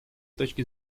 точки